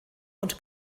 und